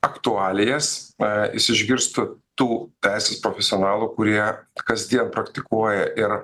aktualijas e jis išgirstų tų teisės profesionalų kurie kasdien praktikuoja ir